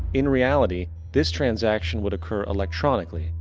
in reality, this transaction would occur electronically.